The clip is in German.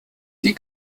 die